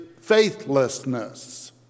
faithlessness